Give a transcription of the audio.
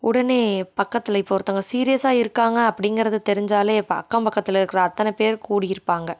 உடனே பக்கத்தில் இப்போ ஒருத்தங்க சீரியஸாக இருக்காங்க அப்படிங்கறது தெரிஞ்சாலே இப்போ அக்கம்பக்கத்தில் இருக்கிற அத்தனைப்பேரும் கூடி இருப்பாங்க